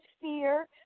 fear